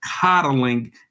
coddling